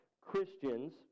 Christians